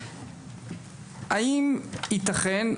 האם ייתכן,